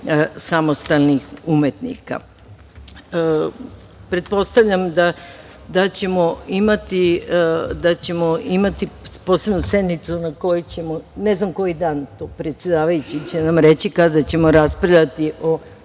samostalnih umetnika. Pretpostavljam da ćemo imati posebnu sednicu na kojoj ćemo, ne znam koji dan, predsedavajući će nam reći kada ćemo raspravljati o